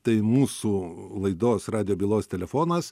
tai mūsų laidos radijo bylos telefonas